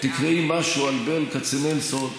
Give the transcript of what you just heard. תקראי משהו על ברל כצנלסון.